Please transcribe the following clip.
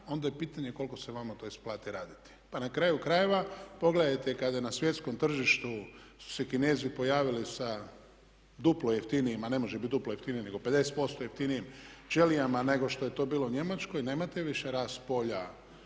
onda je pitanje koliko se vama to isplati raditi. Pa na kraju krajeva, pogledajte kada na svjetskom tržištu su se Kinezi pojavili sa duplo jeftinijim, a ne može biti duplo jeftinije nego 50% jeftinijim ćelijama nego što je to bilo u Njemačkoj nemate više rast polja